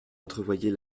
entrevoyait